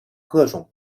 各种